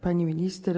Pani Minister!